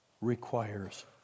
requires